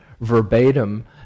verbatim